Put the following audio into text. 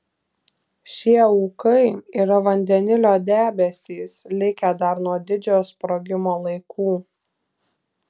šie ūkai yra vandenilio debesys likę dar nuo didžiojo sprogimo laikų